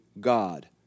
God